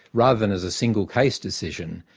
rather than as a single case decision,